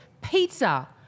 pizza